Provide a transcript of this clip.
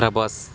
Prabhas